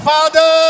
Father